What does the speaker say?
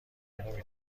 نمی